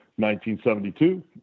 1972